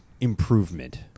improvement